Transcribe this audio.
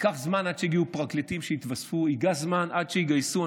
ייקח זמן עד שיגיעו פרקליטים שהתווספו,